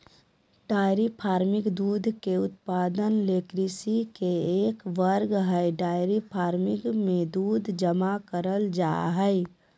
dairy farming दूध के उत्पादन ले कृषि के एक वर्ग हई डेयरी फार्मिंग मे दूध जमा करल जा हई